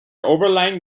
overlying